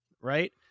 right